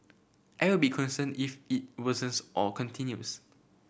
I would be concerned if it worsens or continues